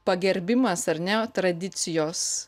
pagerbimas ar ne tradicijos